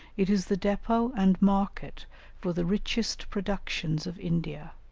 it is the depot and market for the richest productions of india,